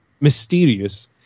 mysterious